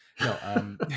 No